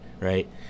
right